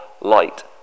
light